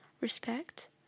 respect